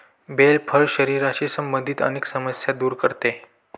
bell फळ शरीराशी संबंधित अनेक समस्या दूर करते